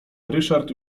ryszard